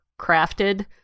crafted